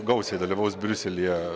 gausiai dalyvaus briuselyje